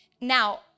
Now